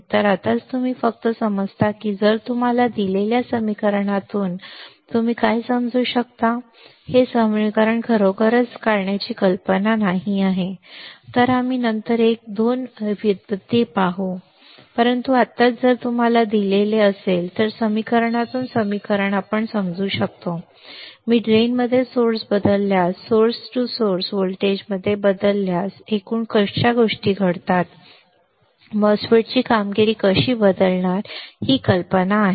तर आत्ताच तुम्ही फक्त समजता की जर तुम्हाला दिलेल्या समीकरणातून तुम्ही काय समजू शकता हे समीकरण खरोखरच न काढण्याची कल्पना आहे तर आम्ही नंतर एक 2 व्युत्पत्ति पाहू परंतु आत्ताच जर तुम्हाला दिलेले असेल तर समीकरणातून समीकरण आपण समजू शकतो की मी ड्रेनमध्ये स्त्रोत बदलल्यास स्त्रोत ते स्त्रोत व्होल्टेजमध्ये बदलल्यास एकूण गोष्टी कशा घडतील एमओएसएफईटीची कामगिरी कशी बदलणार आहे ही कल्पना ठीक आहे